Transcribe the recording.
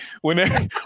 whenever